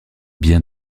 bien